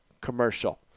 commercial